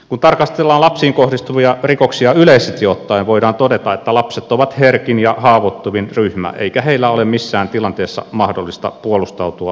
kun tarkastellaan lapsiin kohdistuvia rikoksia yleisesti ottaen voidaan todeta että lapset ovat herkin ja haavoittuvin ryhmä eikä heille ole missään tilanteessa mahdollista puolustautua aikuisen tavoin